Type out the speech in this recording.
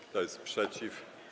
Kto jest przeciw?